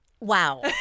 wow